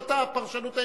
זאת הפרשנות היחידה.